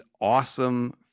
awesome